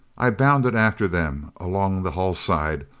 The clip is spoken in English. i bounded after them along the hull-side,